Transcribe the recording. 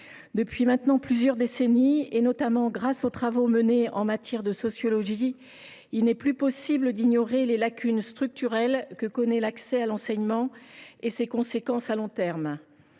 depuis maintenant plusieurs décennies, notamment grâce aux travaux menés en matière de sociologie, il n’est plus possible d’ignorer les lacunes structurelles en matière d’accès à l’enseignement et leurs conséquences à long terme.